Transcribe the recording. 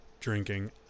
drinking